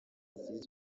aziz